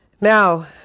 now